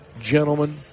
gentlemen